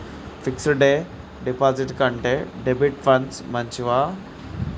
Fix డ్ డిపాజిట్ల కంటే డెబిట్ ఫండ్స్ మంచివా?